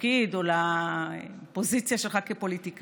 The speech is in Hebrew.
לתפקיד או לפוזיציה שלך כפוליטיקאי.